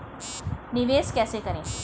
निवेश कैसे करें?